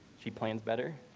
she plans better.